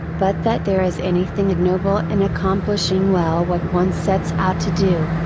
but that there is anything ignoble in accomplishing well what one sets out to do,